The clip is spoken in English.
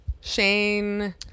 Shane